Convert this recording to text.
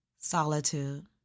Solitude